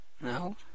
No